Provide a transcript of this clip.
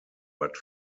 but